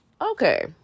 okay